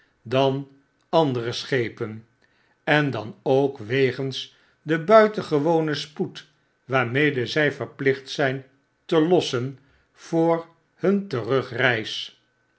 dan andere schepen en dan ook wegens den buitengewonen spoed waarmede zy verplicht zyn te lossen voor hun